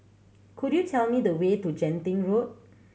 could you tell me the way to Genting Road